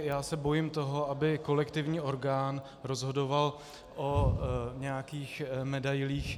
Já se bojím toho, aby kolektivní orgán rozhodoval o nějakých medailích.